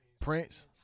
Prince